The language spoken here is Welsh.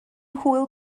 hwyl